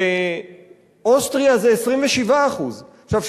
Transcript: באוסטריה זה 27%. עכשיו,